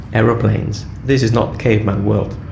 aeroplanes, this is not the caveman world.